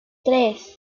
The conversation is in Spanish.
tres